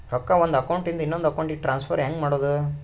ರೊಕ್ಕ ಒಂದು ಅಕೌಂಟ್ ಇಂದ ಇನ್ನೊಂದು ಅಕೌಂಟಿಗೆ ಟ್ರಾನ್ಸ್ಫರ್ ಹೆಂಗ್ ಮಾಡೋದು?